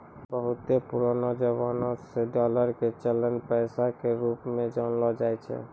बहुते पुरानो जमाना से डालर के चलन पैसा के रुप मे जानलो जाय छै